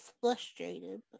frustrated